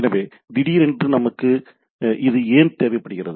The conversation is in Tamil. எனவே திடீரென்று நமக்கு இது ஏன் தேவைப்படுகிறது